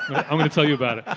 i'm going to tell you about it.